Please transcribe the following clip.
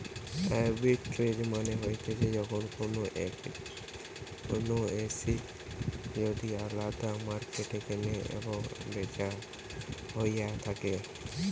arbitrage মানে হতিছে যখন কোনো এসেট যদি আলদা মার্কেটে কেনা এবং বেচা হইয়া থাকে